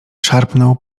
szarpną